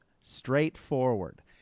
straightforward